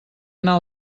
anar